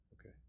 Okay